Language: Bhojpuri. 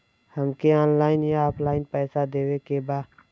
हमके ऑनलाइन या ऑफलाइन पैसा देवे के बा?